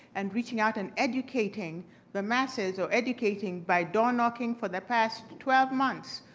and reaching out and educating the masses, or educating by door-knocking for the past twelve months.